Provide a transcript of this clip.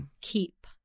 keep